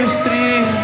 three